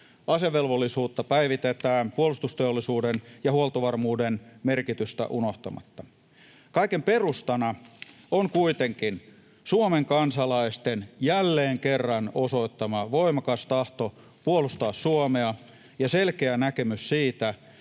asevelvollisuutta päivitetään, puolustusteollisuuden ja huoltovarmuuden merkitystä unohtamatta. Kaiken perustana on kuitenkin Suomen kansalaisten jälleen kerran osoittama voimakas tahto puolustaa Suomea ja selkeä näkemys siitä,